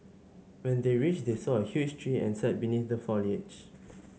when they reached they saw a huge tree and sat beneath the foliage